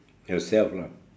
yourself lah